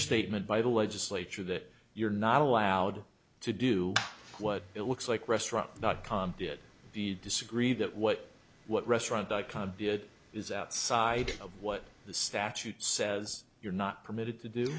statement by the legislature that you're not allowed to do what it looks like restaurant not comp did the disagree that what what restaurant dot com did is outside of what the statute says you're not permitted to do